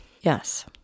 Yes